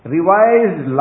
Revised